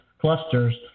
clusters